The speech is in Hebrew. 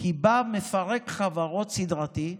כי בא מפרק חברות סדרתי,